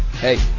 Hey